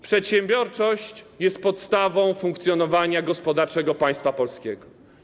Przedsiębiorczość jest podstawą funkcjonowania gospodarczego państwa polskiego.